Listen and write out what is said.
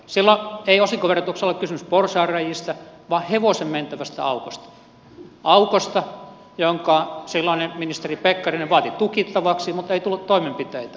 silloin ei osinkoverotuksessa ollut kysymys porsaanreiistä vaan hevosen mentävästä aukosta aukosta jonka silloinen ministeri pekkarinen vaati tukittavaksi mutta ei tullut toimenpiteitä